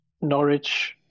Norwich